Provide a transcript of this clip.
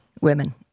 women